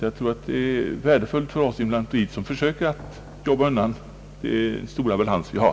Jag tror att det är värdefullt för oss inom lantmäteriet, som försöker jobba undan den stora balans vi har.